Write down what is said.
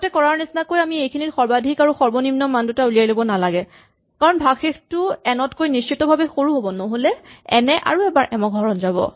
আগতে কৰাৰ নিচিনাকৈ আমি এইখিনিত সৰ্বাধিক আৰু সৰ্বনিম্ন মান দুটা উলিয়াই ল'ব নালাগে কাৰণ ভাগশেষটো এন তকৈ নিশ্চিতভাৱে সৰু হ'ব নহ'লে এন এ আৰু এবাৰ এম ক হৰণ যাব